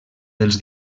dels